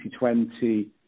2020